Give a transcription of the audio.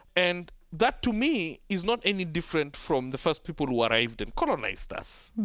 and that to me is not any different from the first people who arrived and colonized us.